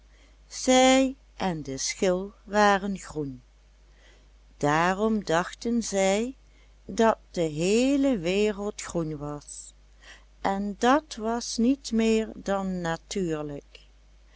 zij en de schil waren groen daarom dachten zij dat de heele wereld groen was en dat was niet meer dan natuurlijk